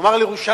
נאמר על ירושלים.